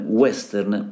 western